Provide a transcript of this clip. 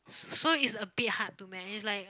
so it's a bit hard to manage like